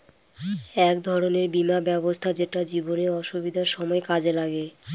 এক ধরনের বীমা ব্যবস্থা যেটা জীবনে অসুবিধার সময় কাজে লাগে